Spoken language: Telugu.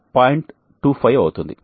25 అవుతుంది